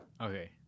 Okay